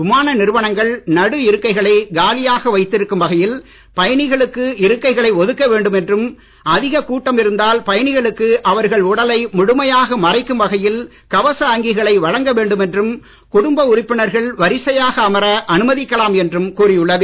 விமான நிறுவனங்கள் நடு இருக்கைகளை காலியாக வைத்திருக்கும் வகையில் பயணிகளுக்கு இருக்கைகளை ஒதுக்க வேண்டும் என்றும் அதிக கூட்டம் இருந்தால் பயணிகளுக்கு அவர்கள் உடலை முழுமையாக மறைக்கும் வகையில் கவச அங்கிகளை வழங்க வேண்டும் என்றும் குடும்ப உறுப்பினர்கள் வரிசையாக அமர அனுமதிக்கலாம் என்றும் கூறியுள்ளது